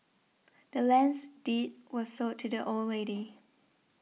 the land's deed was sold to the old lady